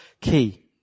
key